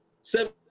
Seven